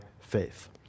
faith